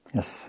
Yes